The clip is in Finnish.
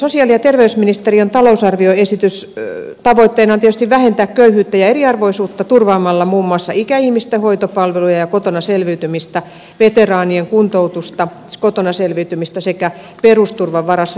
sosiaali ja terveysministeriön talousarvioesityksen tavoitteena on tietysti vähentää köyhyyttä ja eriarvoisuutta turvaamalla muun muassa ikäihmisten hoitopalveluja ja kotona selviytymistä veteraanien kuntoutusta kotona selviytymistä sekä perusturvan varassa elävien ostovoimaa